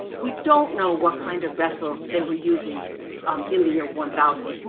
we don't know what kind of vessel they were using um in the year one thousand.